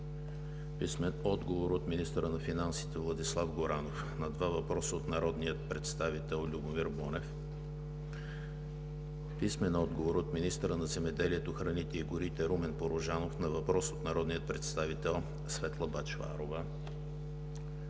Сидорова; - министъра на финансите Владислав Горанов на два въпроса от народния представител Любомир Бонев; - министъра на земеделието, храните и горите Румен Порожанов на въпрос от народния представител Светла Бъчварова;